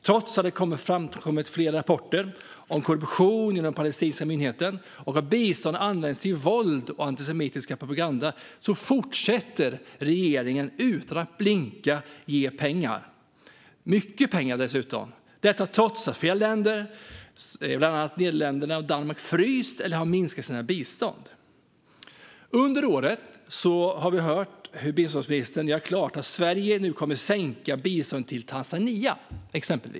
Trots att det kommit flera rapporter om korruption i den palestinska myndigheten och att bistånd använts till våld och antisemitisk propaganda fortsätter regeringen utan att blinka att ge pengar, mycket pengar dessutom - detta trots att flera länder, bland andra Nederländerna och Danmark, har fryst eller minskat sitt bistånd. Under året har vi hört biståndsministern säga att Sverige kommer att minska biståndet till Tanzania.